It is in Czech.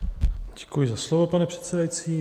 Děkuji za slovo, pane předsedající.